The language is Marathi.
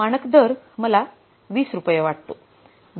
मानक दर मला 20 रुपये वाटतो